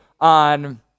on